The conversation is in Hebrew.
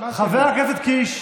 חבר הכנסת קיש,